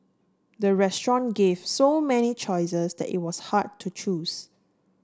the restaurant gave so many choices that it was hard to choose